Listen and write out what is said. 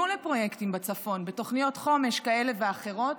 לפרויקטים בצפון בתוכניות חומש כאלה ואחרות,